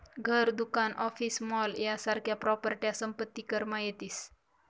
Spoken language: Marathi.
घर, दुकान, ऑफिस, मॉल यासारख्या प्रॉपर्ट्या संपत्ती करमा येतीस